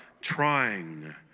trying